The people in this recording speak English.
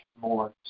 more